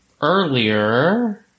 earlier